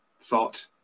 thought